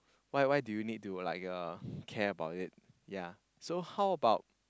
why why do you need to like uh care about it ya so how about